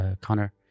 Connor